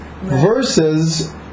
versus